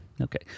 Okay